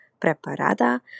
preparada